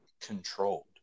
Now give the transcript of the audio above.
controlled